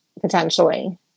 potentially